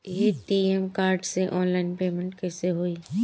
ATM card से online payment कैसे होई?